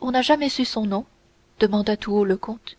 on n'a jamais su son nom demanda tout haut le comte